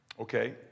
Okay